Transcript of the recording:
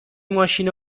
ماشین